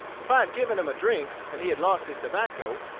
if i had given him a drink and he had lost his tobacco,